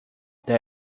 that